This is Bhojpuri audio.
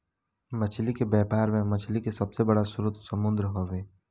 मछली के व्यापार में मछली के सबसे बड़ स्रोत समुंद्र हवे